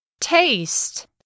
Taste